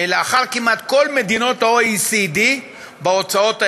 אחרי כמעט כל מדינות ה-OECD בהוצאות האזרחיות.